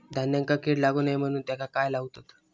धान्यांका कीड लागू नये म्हणून त्याका काय लावतत?